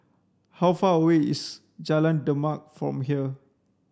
how far away is Jalan Demak from here